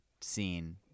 scene